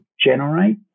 generate